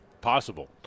possible